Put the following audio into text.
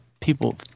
people